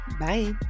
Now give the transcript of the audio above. Bye